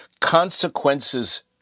Consequences